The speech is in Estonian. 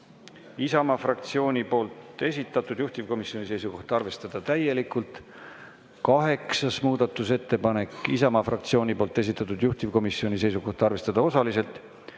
Isamaa fraktsiooni esitatud, juhtivkomisjoni seisukoht on arvestada täielikult. Kaheksas muudatusettepanek on Isamaa fraktsiooni esitatud, juhtivkomisjoni seisukoht on arvestada osaliselt.